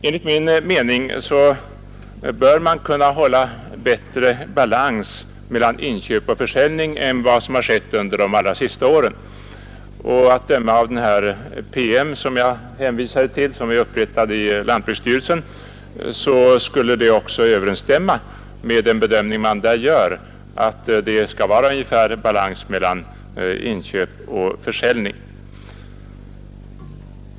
Enligt min mening bör man kunna hålla bättre balans mellan inköp och försäljning än vad som har varit fallet under de senaste åren. Att döma av den PM som jag hänvisade till och som är upprättad av lantbruksstyrelsen skulle det också överensstämma med den bedömning man gör där, att det bör vara ungefär balans mellan inköp och försäljning.